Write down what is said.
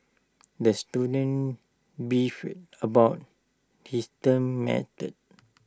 the student beefed about his turn mates